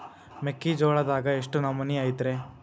ಮೆಕ್ಕಿಜೋಳದಾಗ ಎಷ್ಟು ನಮೂನಿ ಐತ್ರೇ?